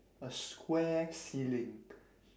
a square ceiling